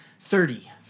thirty